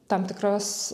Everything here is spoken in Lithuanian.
tam tikras